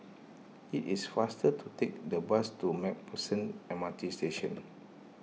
it is faster to take the bus to MacPherson M R T Station